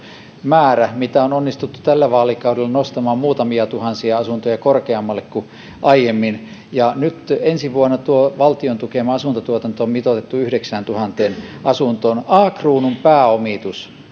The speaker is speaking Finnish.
määrä mitä on onnistuttu tällä vaalikaudella nostamaan muutamia tuhansia asuntoja korkeammalle kuin aiemmin ensi vuonna valtion tukema asuntotuotanto on mitoitettu yhdeksääntuhanteen asuntoon a kruunun pääomitus